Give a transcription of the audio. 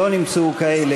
לא נמצאו כאלה.